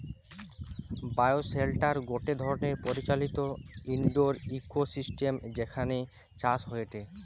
bioshelter গটে ধরণের পরিচালিত ইন্ডোর ইকোসিস্টেম যেখানে চাষ হয়টে